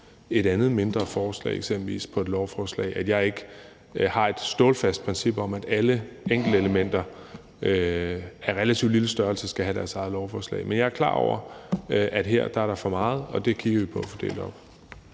et andet mindre forslag, eksempelvis på et lovforslag, altså at jeg ikke har et stålfast princip om, at alle enkeltelementer af relativt lille størrelse skal have deres eget lovforslag. Men jeg er klar over, at der her er for meget, og det kigger vi på at få delt op.